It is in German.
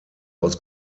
aus